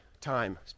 time